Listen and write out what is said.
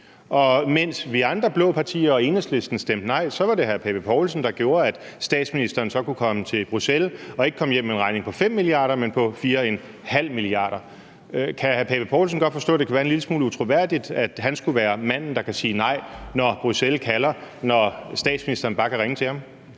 mens vi andre blå partier og Enhedslisten stemte nej, var det hr. Søren Pape Poulsen, der gjorde, at statsministeren så kunne komme til Bruxelles og ikke kom hjem med en regning på 5 mia. kr., men på 4,5 mia. kr. Kan hr. Søren Pape Poulsen godt forstå, at det kan være en lille smule utroværdigt, at han skulle være manden, der kan sige nej, når Bruxelles kalder, eller når statsministeren bare kan ringe til ham?